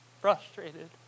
frustrated